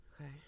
Okay